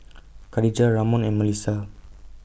Khadijah Ramon and Mellisa